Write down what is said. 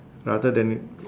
rather than